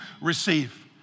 receive